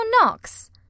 knocks